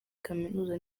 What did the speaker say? kaminuza